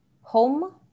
home